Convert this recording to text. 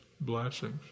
blessings